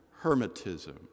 hermetism